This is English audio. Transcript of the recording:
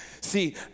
See